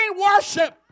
worship